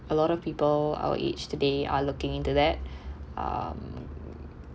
a lot of people our age today are looking into that um